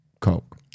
Coke